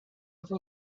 hace